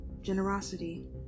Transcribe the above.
generosity